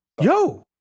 Yo